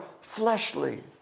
fleshly